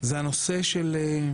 זה הנושא שהיה,